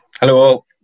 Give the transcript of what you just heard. Hello